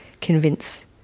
convince